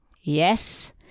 Yes